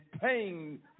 pain